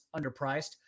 underpriced